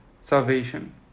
salvation